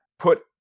put